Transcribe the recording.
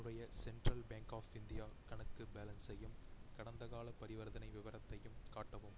என்னுடைய central bank of India கணக்கு பேலன்ஸையும் கடந்தகால பரிவர்த்தனை விவரத்தையும் காட்டவும்